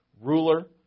ruler